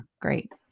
great